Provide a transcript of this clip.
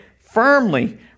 firmly